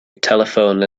telephone